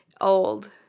Old